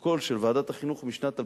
פרוטוקול של ועדת החינוך משנת 2006,